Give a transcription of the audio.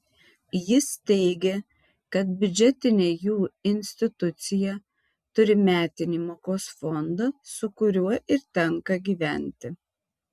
jis teigė kad biudžetinė jų institucija turi metinį mokos fondą su kuriuo ir tenka gyventi